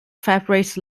fabrics